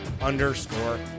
underscore